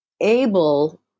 able